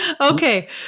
Okay